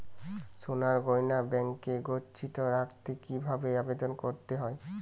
সোনার গহনা ব্যাংকে গচ্ছিত রাখতে কি ভাবে আবেদন করতে হয়?